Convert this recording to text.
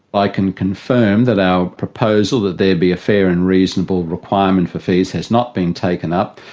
i can confirm that our proposal that there be a fair and reasonable requirement for fees has not been taken up.